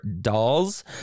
dolls